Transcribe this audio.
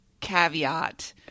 caveat